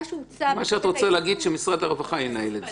מה שהוצע -- את רוצה להגיד שמשרד הרווחה ינהל את זה.